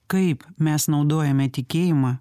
kaip mes naudojame tikėjimą